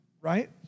Right